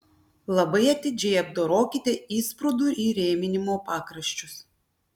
labai atidžiai apdorokite įsprūdų įrėminimo pakraščius